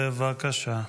בבקשה.